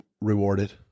rewarded